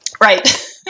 Right